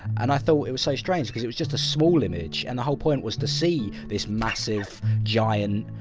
and i thought it was so strange, cause it was just a small image, and the whole point was to see this massive. giant.